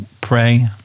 pray